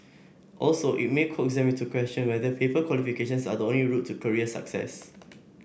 also it may coax them to question whether paper qualifications are the only route to career success